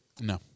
No